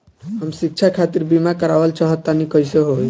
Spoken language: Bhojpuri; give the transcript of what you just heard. हम शिक्षा खातिर बीमा करावल चाहऽ तनि कइसे होई?